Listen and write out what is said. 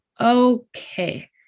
okay